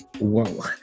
Whoa